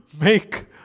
make